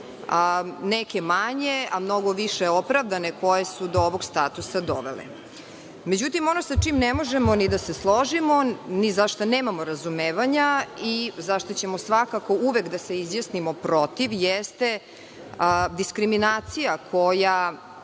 neke manje, a mnogo više opravdane koje su do ovog statusa dovele.Međutim, ono sa čim ne možemo ni da se složimo, ni za šta nemamo razumevanja i za šta ćemo svakako uvek da se izjasnimo protiv jeste diskriminacija koja